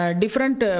different